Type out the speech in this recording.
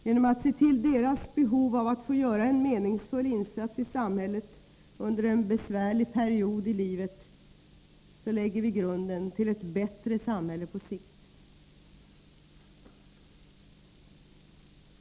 Genom att se till deras behov av att få göra en meningsfull insats i samhället under en besvärlig period i livet lägger vi grunden till ett bättre samhälle på sikt.